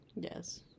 Yes